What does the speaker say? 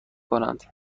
کنند